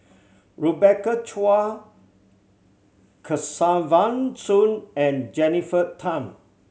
Rebecca Chua Kesavan Soon and Jennifer Tham